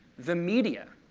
the media,